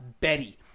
Betty